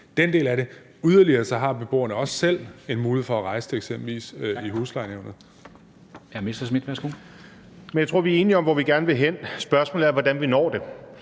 den del af det. Yderligere har beboerne også selv en mulighed for at rejse det, eksempelvis i huslejenævnet.